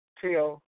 tell